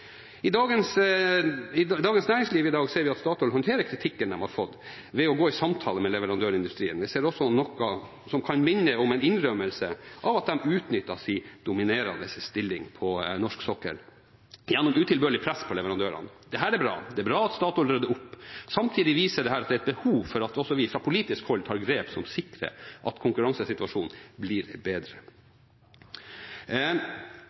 I Dagens Næringsliv i dag ser vi at Statoil håndterer kritikken de har fått, ved å gå i samtale med leverandørindustrien. Vi ser også noe som kan minne om en innrømmelse av at de utnyttet sin dominerende stilling på norsk sokkel gjennom utilbørlig press på leverandørene. Det er bra. Det er bra at Statoil rydder opp. Samtidig viser dette at det er behov for at også vi fra politisk hold tar grep som sikrer at konkurransesituasjonen blir bedre.